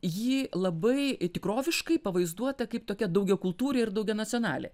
ji labai tikroviškai pavaizduota kaip tokia daugiakultūrė ir daugianacionalė